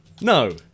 No